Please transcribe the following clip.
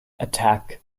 attack